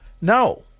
No